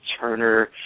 Turner